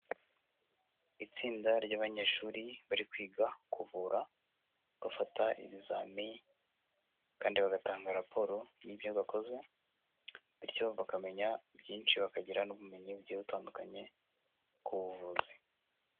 Itsinda ry'abanyeshuri bari kwiga kuvura bafata ibizami kandi bagatanga raporo y'ibyo bakoze, bityo bakamenya byinshi bakagira n'ubumenyi bugiye butandukanye ku buvuzi.